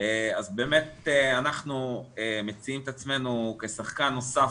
באמת אנחנו מציעים את עצמנו כשחקן נוסף